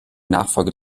nachfolge